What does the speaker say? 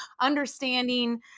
understanding